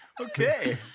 Okay